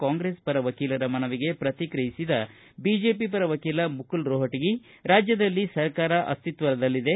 ಕಾಂಗ್ರೆಸ್ ಪರ ವಕೀಲರ ಮನವಿಗೆ ಪ್ರತಿಕ್ರಿಯಿಸಿದ ಬಿಜೆಪಿ ಪರ ವಕೀಲ ಮುಕುಲ್ ರೋಹಟಗಿ ರಾಜ್ಞದಲ್ಲಿ ಸರ್ಕಾರ ಅಸ್ತಿತ್ವದಲ್ಲಿದೆ